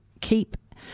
keep